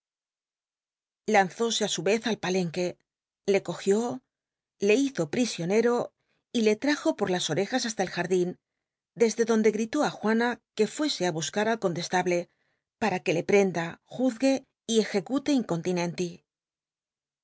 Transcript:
lanzósc j su vez al palenque le cogió le hizo prisionero y le tiajo por las orejas hasta el jardín desde donde gritó á juana que fuese á buscat al eontlcstablc para que le prenda juzgue y ejecute ill